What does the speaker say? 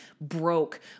broke